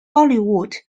bollywood